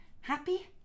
Happy